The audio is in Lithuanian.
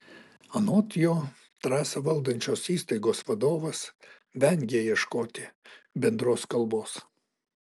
anot jo trasą valdančios įstaigos vadovas vengia ieškoti bendros kalbos